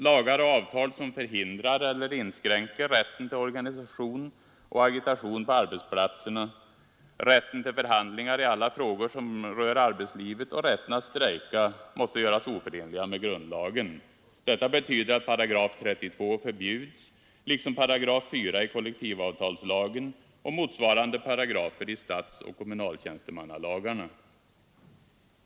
Lagar och avtal som förhindrar eller inskränker rätten till organisation och agitation på arbetsplatserna, rätten till förhandlingar i alla frågor som rör arbetslivet och rätten att strejka måste göras oförenliga med grundlagen. Detta betyder att paragraf 32 förbjuds, liksom paragraf 4 i kollektivavtalslagen och motsvarande paragrafer i statsoch kom munaltjänstemannalagarna.